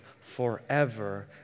forever